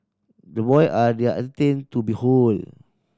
the boy are they are entertaining to behold